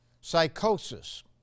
psychosis